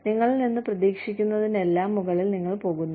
നിങ്ങളിൽ നിന്ന് പ്രതീക്ഷിക്കുന്നതിനെല്ലാം മുകളിൽ നിങ്ങൾ പോകുന്നു